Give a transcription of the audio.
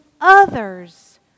others